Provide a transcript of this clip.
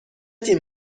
تیم